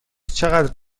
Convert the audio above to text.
چقدر